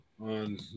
On